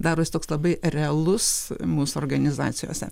daros toks labai realus mūsų organizacijose